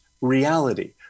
reality